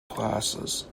classes